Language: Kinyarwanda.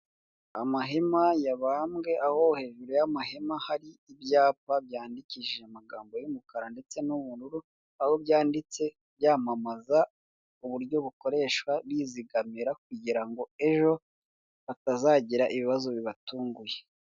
Amahema yabambwe aho hejuru y'amahema hari ibyapa byandikishije amagambo y'umukara ndetse n'ubururu aho byanditse byamamaza uburyo bukoreshwa bizigamira kugira ngo ejo hatazagira ibibazo bibatunguye.